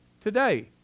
today